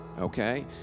Okay